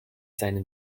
seinen